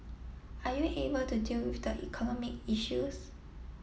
are you able to deal with the economic issues